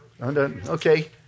Okay